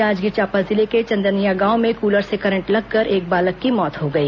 जांजगीर चांपा जिले के चंदनिया गांव में कूलर से करंट लगकर एक बालक की मौत हो गई